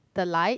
the light